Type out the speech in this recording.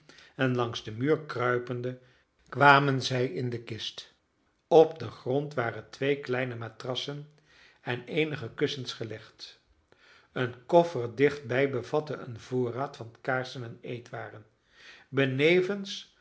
en langs den muur kruipende kwamen zij in de kist op den grond waren twee kleine matrassen en eenige kussens gelegd een koffer dichtbij bevatte een voorraad van kaarsen en eetwaren benevens